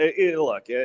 look